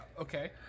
Okay